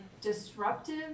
disruptive